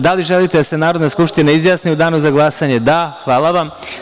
Da li želite da se Narodna skupština izjasni u danu za glasanje? (Da.) Hvala vam.